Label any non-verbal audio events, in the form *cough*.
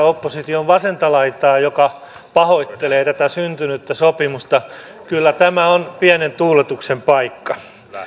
*unintelligible* opposition vasenta laitaa joka pahoittelee tätä syntynyttä sopimusta kyllä tämä on pienen tuuletuksen paikka